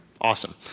Awesome